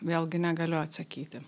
vėlgi negaliu atsakyti